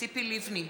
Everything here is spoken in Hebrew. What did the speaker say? ציפי לבני,